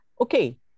Okay